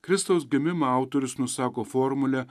kristaus gimimą autorius nusako formule